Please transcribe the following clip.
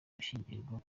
gushyingirwa